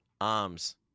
Arms